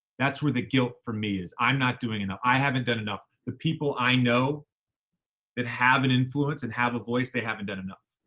that's where the guilt for me is. i'm not doing enough. i haven't done enough. the people i know that have an influence and have a voice, they haven't done enough.